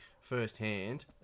firsthand